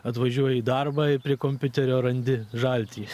atvažiuoji į darbą prie kompiuterio randi žaltį